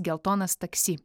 geltonas taksi